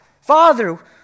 Father